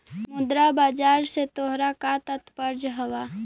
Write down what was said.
मुद्रा बाजार से तोहरा का तात्पर्य हवअ